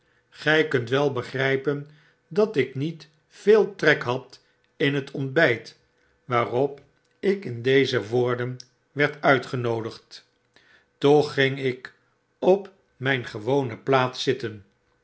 gij kunt wel begrijpen dat ik niet veel trek had in het ontbijt waarop ik in deze woorden werd uitgenoodigd toch ging ik op mijn gewone plaats zitten